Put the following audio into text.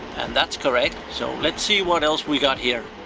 and that's correct, so let's see what else we got here.